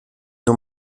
nur